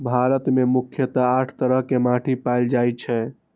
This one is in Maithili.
भारत मे मुख्यतः आठ तरह के माटि पाएल जाए छै